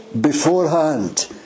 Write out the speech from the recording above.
beforehand